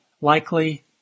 likely